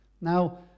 Now